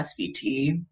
SVT